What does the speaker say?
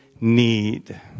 need